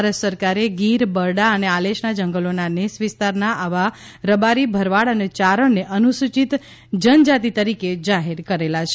ભારત સરકારે ગીર બરડા અને આલેચના જંગલોના નેસ વિસ્તારના આવા રબારી ભરવાડ અને ચારણને અનુસૂચિત જન જાતિ તરીકે જાહેર કરેલા છે